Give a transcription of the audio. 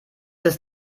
ist